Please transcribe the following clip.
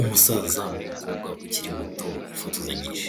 Umusaza n'umukobwa ukiri muto bifotozanyije.